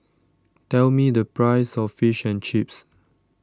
tell me the price of Fish and Chips